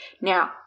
Now